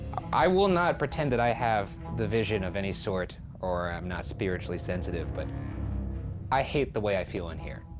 i will not pretend that i have the vision of any sort, or i'm not spiritually sensitive, but i hate the way i feel in here,